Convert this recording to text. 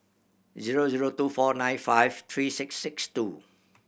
zero zero two four nine five three six six two